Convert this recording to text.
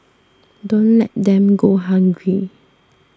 don't let them go hungry